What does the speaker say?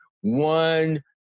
one